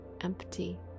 empty